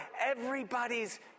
everybody's